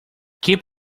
keep